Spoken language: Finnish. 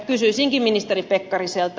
kysyisinkin ministeri pekkariselta